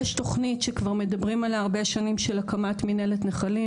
יש תוכנית שכבר מדברים עליה הרבה שנים של הקמת מנהלת נחלים,